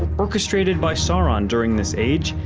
orchestrated by sauron during this age,